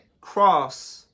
cross